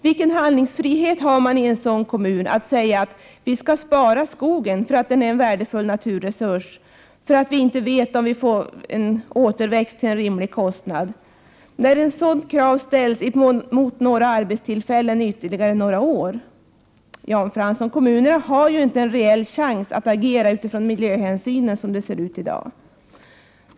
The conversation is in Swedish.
Vilken handlingsfrihet har man i en sådan kommun att säga att vi skall spara skogen därför att den är en värdefull naturresurs och vi inte vet om vi får en återväxt till en rimlig kostnad, när ett sådant krav ställs mot några arbetstillfällen ytterligare några år? Kommunerna har inte en reell chans att agera utifrån miljöhänsynen, som det ser ut i dag.